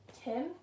Tim